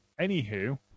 Anywho